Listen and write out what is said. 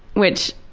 which,